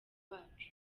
bacu